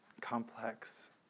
complex